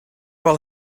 will